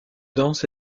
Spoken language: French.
danse